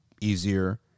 Easier